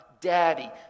Daddy